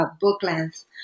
book-length